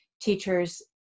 teachers